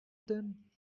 then